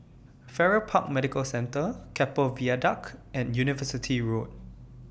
Farrer Park Medical Centre Keppel Viaduct and University Road